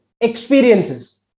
experiences